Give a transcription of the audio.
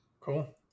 Cool